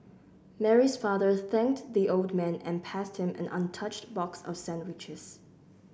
Mary's father thanked the old man and passed him an untouched box of sandwiches